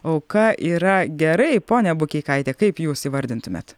auka yra gerai pone bukeikaite kaip jūs įvardintumėt